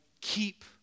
keep